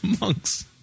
monks